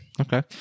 Okay